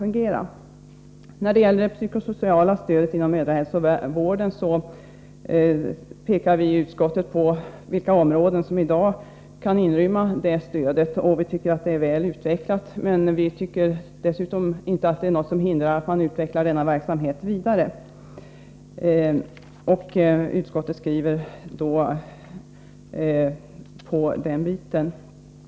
När det sedan gäller det psykosociala stödet inom mödrahälsovården pekar vi i utskottet på vilka områden som i dag kan inrymma det stödet. Vi tycker att det är väl utvecklat, men ingenting hindrar att man utvecklar denna verksamhet vidare. Utskottet skriver att det ankommer på socialstyrelsen att bevaka denna fråga och avstyrker motionen.